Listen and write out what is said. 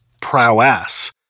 prowess